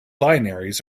binaries